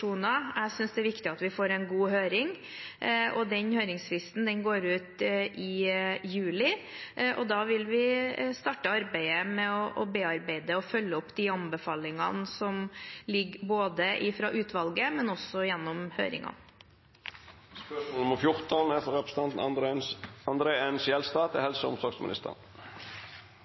jeg synes det er viktig at vi får en god høring, og den høringsfristen går ut i juli. Da vil vi starte arbeidet med å bearbeide og følge opp de anbefalingene som ligger både fra utvalget og også